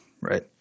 right